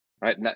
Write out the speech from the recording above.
Right